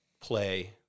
play